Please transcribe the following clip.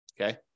Okay